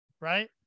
right